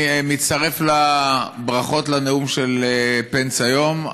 אני מצטרף לברכות על הנאום של פנס היום.